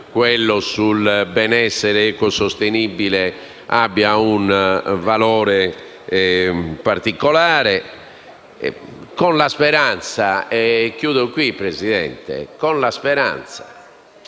quello sul benessere ecosostenibile abbia un valore particolare. Concludo con la speranza